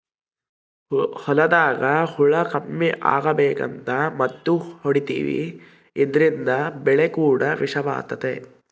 ಹೊಲದಾಗ ಹುಳ ಕಮ್ಮಿ ಅಗಬೇಕಂತ ಮದ್ದು ಹೊಡಿತಿವಿ ಇದ್ರಿಂದ ಬೆಳೆ ಕೂಡ ವಿಷವಾತತೆ